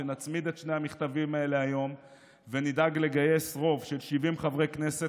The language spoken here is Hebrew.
שנצמיד את שני המכתבים האלה היום ונדאג לגייס רוב של 70 חברי כנסת